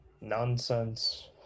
nonsense